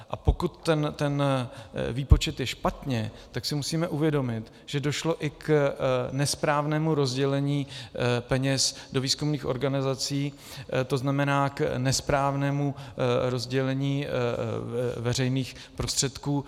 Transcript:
A pokud ten výpočet je špatně, tak si musíme uvědomit, že došlo i k nesprávnému rozdělení peněz do výzkumných organizací, tzn. k nesprávnému rozdělení veřejných prostředků.